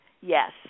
Yes